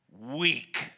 Weak